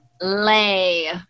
Lay